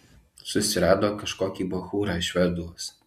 susirado kažkokį bachūrą šveduos